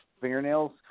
fingernails